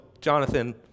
Jonathan